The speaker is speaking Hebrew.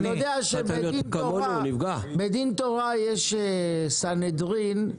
שבדין תורה יש סנהדרין,